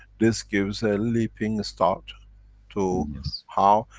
this gives a leaping start to how,